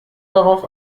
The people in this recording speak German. darauf